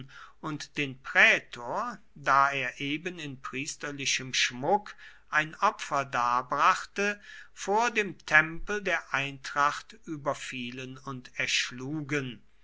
und den prätor da er eben in priesterlichem schmuck ein opfer darbrachte vor dem tempel der eintracht überfielen und erschlugen